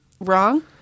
Wrong